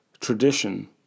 tradition